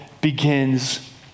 begins